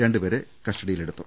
രണ്ടുപേരെ കസ്റ്റഡിയിലെടുത്തു